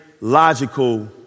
logical